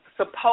suppose